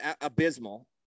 abysmal